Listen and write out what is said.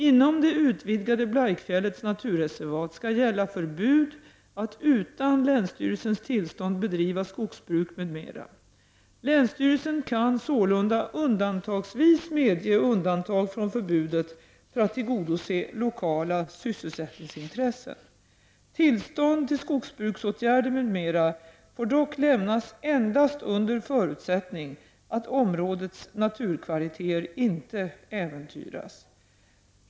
Inom det utvidgade Blaikfjällets naturreservat skall gälla förbud att utan länsstyrelsens tillstånd bedriva skogsbruk m.m. Länsstyrelsen kan sålunda undantagsvis medge undantag från förbudet för att tillgodose lokala sysselsättningsintressen. Tillstånd till skogsbruksåtgärder m.m. får dock lämnas endast under förutsättning att områdets naturkvalitéer inte äventyras.